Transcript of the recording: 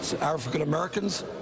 african-americans